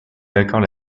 d’accord